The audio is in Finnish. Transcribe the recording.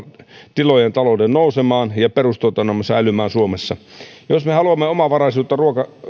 tilojen talouden nousemaan ja perustuotantomme säilymään suomessa jos me haluamme omavaraisuutta